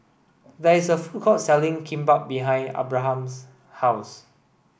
there is a food court selling Kimbap behind Abraham's house